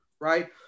right